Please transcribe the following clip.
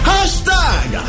Hashtag